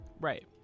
Right